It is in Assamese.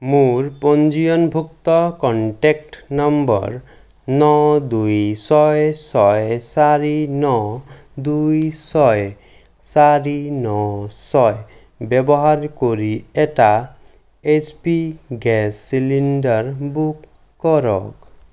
মোৰ পঞ্জীয়নভুক্ত কণ্টেক্ট নম্বৰ ন দুই ছয় ছয় চাৰি ন দুই ছয় চাৰি ন ছয় ব্যৱহাৰ কৰি এটা H P gas cylinder book কৰক